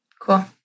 cool